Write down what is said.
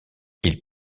ils